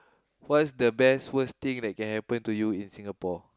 what's the best worst thing that can happen to you in Singapore